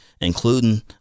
including